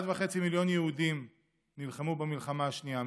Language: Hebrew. מיליון וחצי יהודים נלחמו במלחמת העולם השנייה.